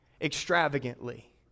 extravagantly